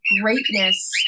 greatness